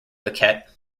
piquet